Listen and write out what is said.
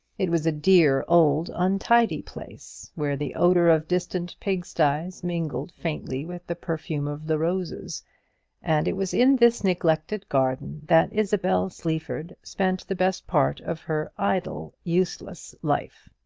it was a dear old untidy place, where the odour of distant pigsties mingled faintly with the perfume of the roses and it was in this neglected garden that isabel sleaford spent the best part of her idle, useless life.